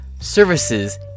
services